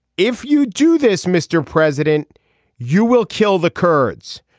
if you do this mr. president you will kill the kurds.